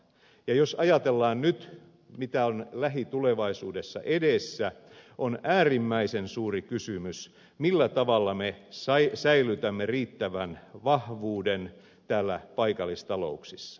jos ajatellaan nyt mitä on lähitulevaisuudessa edessä on äärimmäisen suuri kysymys millä tavalla me säilytämme riittävän vahvuuden paikallistalouksissa